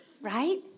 Right